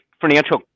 Financial